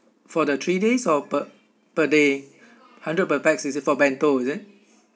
for the three days or per per day hundred per pax is it for bento is it